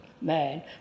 man